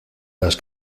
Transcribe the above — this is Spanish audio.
las